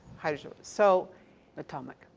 hydrogen, so atomic.